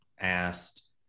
asked